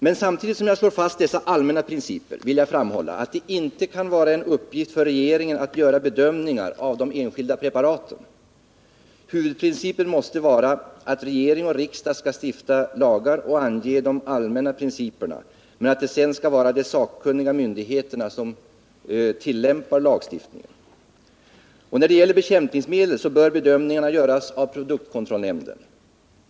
Men samtidigt som jag slår fast dessa allmänna principer vill jag framhålla att det inte kan vara en uppgift för regeringen att göra bedömningar av de enskilda preparaten. Huvudprincipen måste vara att regering och riksdag skall stifta lagar och ange de allmänna principerna men att det sedan skall vara de sakkunniga myndigheterna som tillämpar lagstiftningen. När det gäller bekämpningsmedlen bör bedömningarna göras av produkt kontrollnämnden.